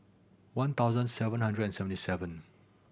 one thousand seven hundred and seventy seven